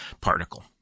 particle